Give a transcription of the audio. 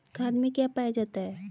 खाद में क्या पाया जाता है?